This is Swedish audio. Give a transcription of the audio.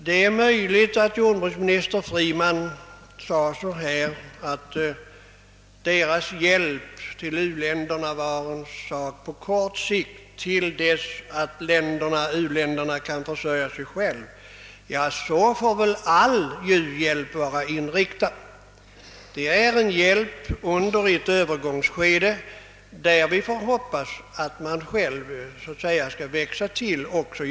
Det är möjligt att jordbruksminister Freeman uttalade att Förenta staternas hjälp till u-länderna är ett projekt på kort sikt, till dess att u-länderna kan försörja sig själva. Men så måste väl all u-hjälp vara inriktad. Det gäller hjälp under ett övergångsskede; man får hoppas att u-länderna så att säga växer till sig.